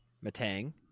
Matang